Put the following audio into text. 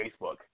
Facebook